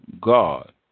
God